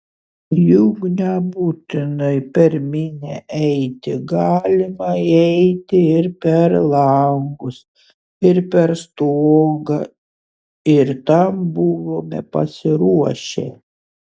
juk nebūtinai per minią eiti galima įeiti ir per langus ir per stogą ir tam buvome pasiruošę